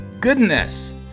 goodness